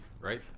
right